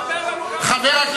אפס חוקים חברתיים שמר מופז חוקק.